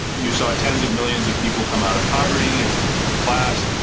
you saw tens of millions of people come out of poverty and into the middle class.